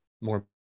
more